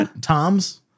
Tom's